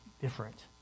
different